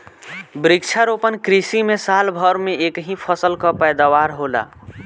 वृक्षारोपण कृषि में साल भर में एक ही फसल कअ पैदावार होला